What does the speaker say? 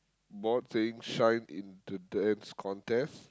board saying shine into Dance Contest